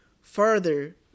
further